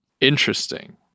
Interesting